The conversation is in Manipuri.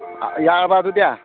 ꯌꯥꯔꯕ ꯑꯗꯨꯗꯤ